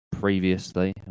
previously